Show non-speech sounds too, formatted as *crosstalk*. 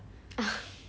*laughs*